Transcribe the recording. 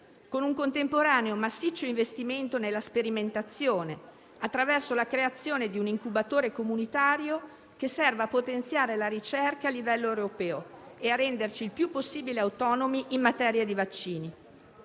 con un contemporaneo massiccio investimento nella sperimentazione, attraverso la creazione di un incubatore comunitario che serva a potenziare la ricerca a livello europeo e a renderci il più possibile autonomi in materia di vaccini.